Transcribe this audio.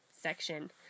section